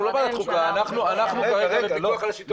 אנחנו לא ועדת חוקה אנחנו כרגע בפיקוח על השלטון המקומי.